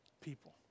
people